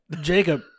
Jacob